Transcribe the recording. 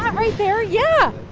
um right there? yeah.